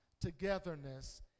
togetherness